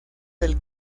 del